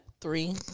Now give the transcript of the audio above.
three